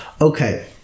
Okay